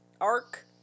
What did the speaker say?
arc